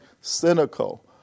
cynical